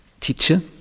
teacher